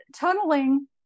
tunneling